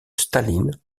staline